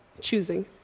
choosing